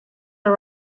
are